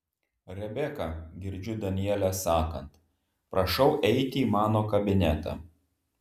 rebeka girdžiu danielę sakant prašau eiti į mano kabinetą